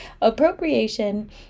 appropriation